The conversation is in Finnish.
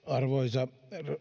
arvoisa